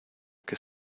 que